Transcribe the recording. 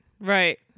right